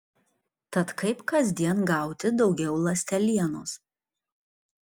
tad kaip kasdien gauti daugiau ląstelienos